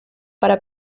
para